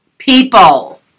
People